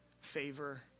favor